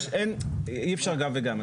אי אפשר גם וגם.